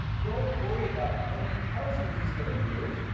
don't worry about what he tells you he's going to do,